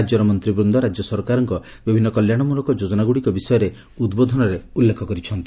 ରାଜ୍ୟର ମନ୍ତ୍ରୀବୃନ୍ଦ ରାଜ୍ୟ ସରକାରଙ୍କର ବିଭିନ୍ନ କଲ୍ୟାଣମଳକ ଯୋଜନାଗୁଡ଼ିକ ବିଷୟରେ ଉଦ୍ବୋଧନରେ ଉଲ୍ଲେଖ କରିଚ୍ଛନ୍ତି